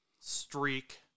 streak